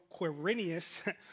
Quirinius